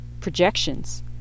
Projections